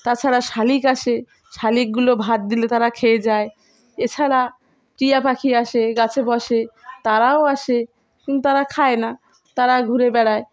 তাছাড়া শালিক আসে শালিকগুলো ভাত দিলে তারা খেয়ে যায় এছাড়া টিয়া পাখি আসে গাছে বসে তারাও আসে কিন্তু তারা খায় না তারা ঘুরে বেড়ায়